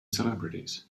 celebrities